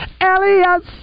Elias